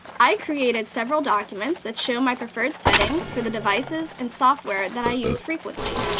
i created several documents that show my preferred settings for the devices and software that i use frequently.